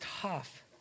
tough